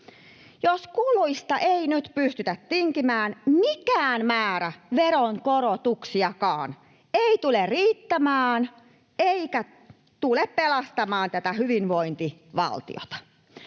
Jos kuluista ei nyt pystytä tinkimään, mikään määrä veronkorotuksiakaan ei tule riittämään eikä tule pelastamaan tätä hyvinvointivaltiota.